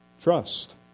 Trust